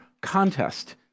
contest